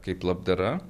kaip labdara